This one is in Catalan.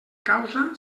causa